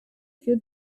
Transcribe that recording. few